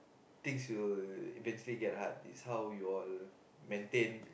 things will eventually get hard it's how you all maintain